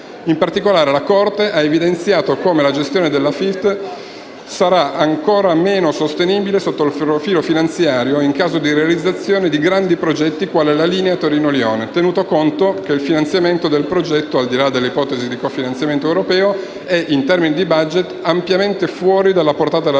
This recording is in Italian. In particolare, la Corte ha evidenziato che la gestione dell'AFITF sarà ancora meno sostenibile sotto il profilo finanziario in caso di realizzazione di nuovi grandi progetti quali la linea Torino-Lione, tenuto conto che il finanziamento del progetto, al di là dell'ipotesi di cofinanziamento europeo, è, in termini di *budget*, ampiamente fuori dalla portata dell'Agenzia,